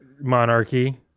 monarchy